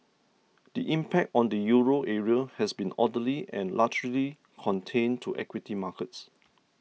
the impact on the Euro area has been orderly and largely contained to equity markets